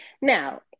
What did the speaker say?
Now